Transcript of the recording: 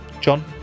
John